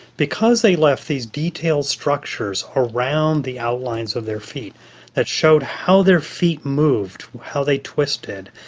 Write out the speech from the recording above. because they left these detailed structures around the outlines of their feet that showed how their feet moved, how they twisted,